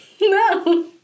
No